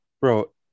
bro